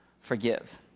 forgive